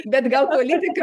bet gal politika